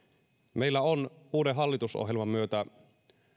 meillä on uuden hallitusohjelman myötä